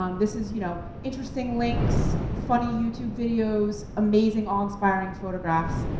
um this is you know interesting links, funny youtube videos, amazing awe-inspiring photographs.